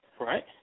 Right